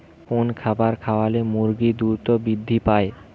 কোন খাবার খাওয়ালে মুরগি দ্রুত বৃদ্ধি পায়?